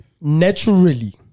naturally